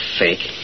fake